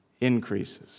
increases